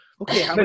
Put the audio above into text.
Okay